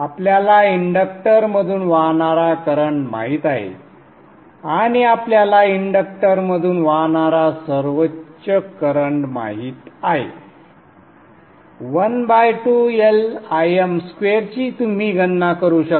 आपल्याला इंडक्टरमधून वाहणारा करंट माहित आहे आणि आपल्याला इंडक्टरमधून वाहणारा सर्वोच्च करंट माहित आहे 12LIm2 ची तुम्ही गणना करू शकता